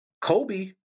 Kobe